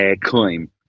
claim